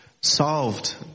solved